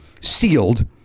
sealed